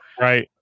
Right